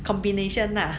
combination ah